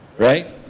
right,